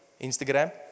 Instagram